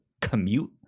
commute